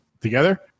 together